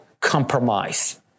compromise